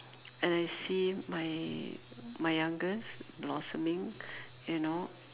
and I see my my youngest blossoming you know